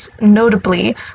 notably